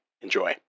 Enjoy